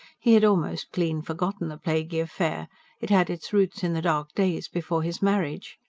he had almost clean forgotten the plaguey affair it had its roots in the dark days before his marriage.